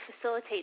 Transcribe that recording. facilitate